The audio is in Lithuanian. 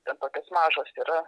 ten tokios mažos yra